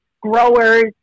growers